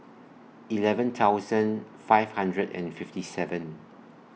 eleven thousand five hundred and fifty seven